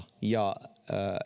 ja